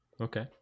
Okay